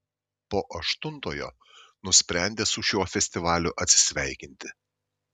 po aštuntojo nusprendė su šiuo festivaliu atsisveikinti